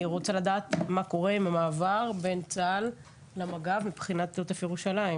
אני רוצה לדעת מה קורה עם המעבר בין צה"ל למג"ב מבחינת עוטף ירושלים,